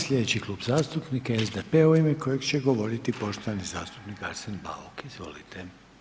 Sljedeći Klub zastupnika je SDP-a u ime kojeg će govoriti poštovani zastupnik Arsen Bauk, izvolite.